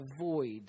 avoid